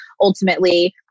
ultimately